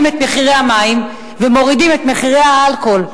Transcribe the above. את מחירי המים ומורידים את מחירי האלכוהול.